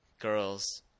girls